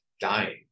dying